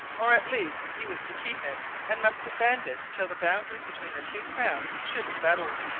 or at least he was to keep it and must defend it till the boundaries between the two crowns should be settled